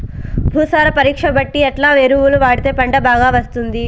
భూసార పరీక్ష బట్టి ఎట్లా ఎరువులు వాడితే పంట బాగా వస్తుంది?